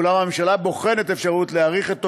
ואולם הממשלה בוחנת אפשרות להאריך את תוקפן,